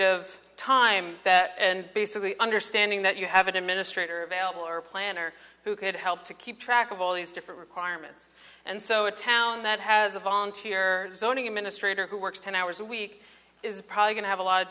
administrative time that and basically understanding that you have an administrator available or a planner who could help to keep track of all these different requirements and so a town that has a volunteer zoning administrator who works ten hours a week is probably going to have a lot of